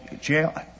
jail